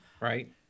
right